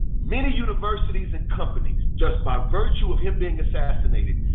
many universities and companies, just by virtue of him being assassinated,